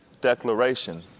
declaration